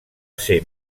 ser